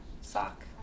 Sock